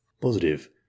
Positive